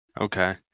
Okay